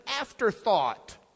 afterthought